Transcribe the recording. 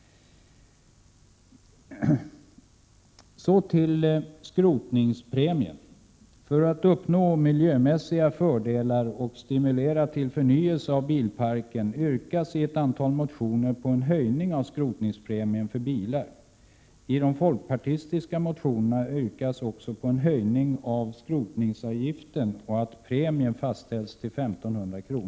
Så till skrotningspremien. För att uppnå miljömässiga fördelar och stimulera till förnyelse av bilparken yrkas i ett antal motioner på en höjning av skrotningspremien för bilar. I de folkpartistiska motionerna yrkas också på en höjning av skrotningsavgiften och att premien fastställs till 1500 kr.